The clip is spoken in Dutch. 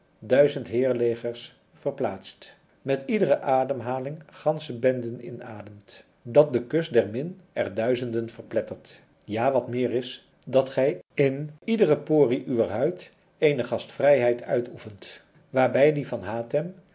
duizend heirlegers verplaatst met iedere ademhaling gansche benden inademt dat de kus der min er duizenden verplettert ja wat meer is dat gij in iedere porie uwer huid eene gastvrijheid uitoefent waarbij die van hatem